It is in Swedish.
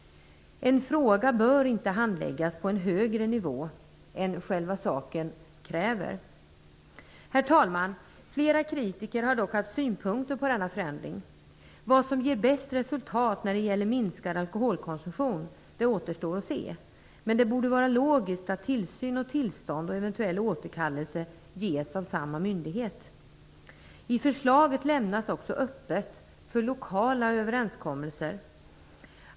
En fråga bör inte handläggas på en högre nivå än själva saken kräver. Herr talman! Flera kritiker har dock haft synpunkter på denna förändring. Vad som ger bäst resultat när det gäller minskad alkoholkonsumtion återstår att se, men det borde vara logiskt att tillsyn och tillstånd och eventuell återkallelse ges av samma myndighet. I förslaget lämnas också öppet för lokala överenskommelser.